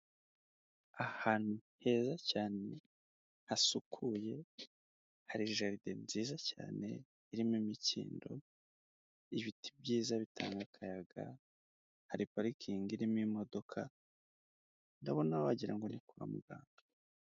Ahantu heza cyane hasukuye, hari jaride nziza cyane irimo imikindo, ibiti byiza bitanga akayaga, hari parikingi irimo imodoka ndabona wagira ngo ni kwa muganga.